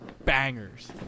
bangers